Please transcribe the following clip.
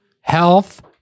health